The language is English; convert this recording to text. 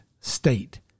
state